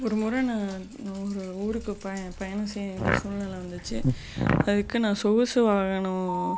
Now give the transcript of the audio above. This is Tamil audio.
ஒரு முறை நான் நான் ஒரு ஊருக்கு ப பயணம் செய்ய வேண்டிய சூழ்நிலை வந்துச்சு அதுக்கு நான் சொகுசு வாகனம்